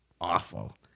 awful